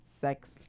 sex